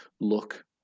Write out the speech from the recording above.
look